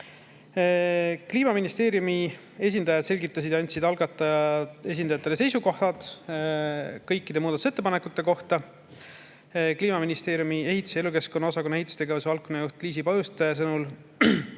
Kliimaministeeriumi esindajad selgitasid ja andsid algataja esindajatena oma seisukohti kõikide muudatusettepanekute kohta. Kliimaministeeriumi ehituse ja elukeskkonna osakonna ehitustegevuse valdkonnajuhi Liisi Pajuste sõnul